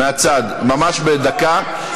מהצד, ממש בדקה.